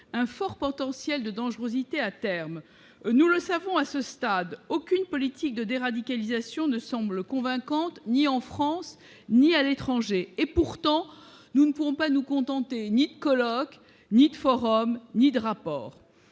un fort potentiel de dangerosité, à terme, nous le savons, à ce stade, aucune politique de des radicalisation ne semble convaincante, ni en France ni à l'étranger et pourtant, nous ne pourrons pas nous contenter Nicolas Roch ni forum ni de rapports,